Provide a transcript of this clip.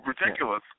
ridiculous